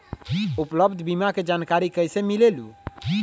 उपलब्ध बीमा के जानकारी कैसे मिलेलु?